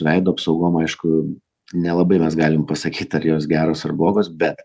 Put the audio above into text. veido apsaugom aišku nelabai mes galim pasakyt ar jos geros ar blogos bet